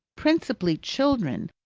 principally children,